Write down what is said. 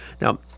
Now